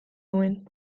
nuen